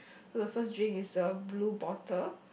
so the first drink is a blue bottle